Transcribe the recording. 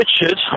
Richard